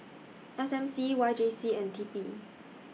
S M C Y J C and T P